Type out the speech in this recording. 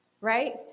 right